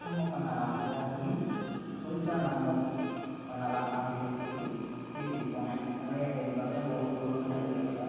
நம்ம பண்ணலாம் ஏதாச்சும் ஒன்று புதுசாக நம்ம பண்ணலாம் அப்படின்னு சொல்லி வீட்டுக்கு போனேன் நிறையா தேடி பார்த்தேன் ஒரு பொருளுமே கிடைக்கல